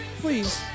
Please